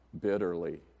bitterly